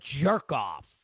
jerk-off